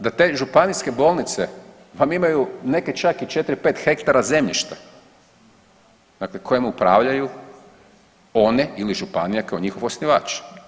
Da te županijske bolnice vam imaju, neke čak i 4-5 hektara zemljišta dakle kojim upravljaju one ili županija kako njihov osnivač.